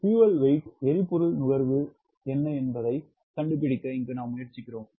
Wf எரிபொருள் நுகர்வு என்ன என்பதைக் கண்டுபிடிக்க முயற்சிக்கிறோம்